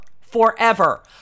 forever